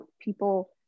people